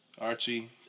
Archie